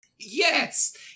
Yes